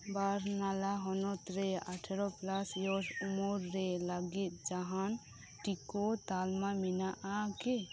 ᱵᱟᱨᱱᱟᱞᱟ ᱦᱚᱱᱚᱛ ᱨᱮ ᱟᱴᱷᱟᱨᱳ ᱯᱞᱟᱥ ᱩᱢᱮᱨ ᱨᱮ ᱞᱟᱜᱤᱫ ᱡᱟᱸᱦᱟᱱ ᱴᱤᱠᱟᱹ ᱛᱟᱞᱢᱟ ᱢᱮᱱᱟᱜ ᱟ ᱠᱤ